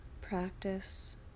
practice